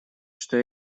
что